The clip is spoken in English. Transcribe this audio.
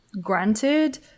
granted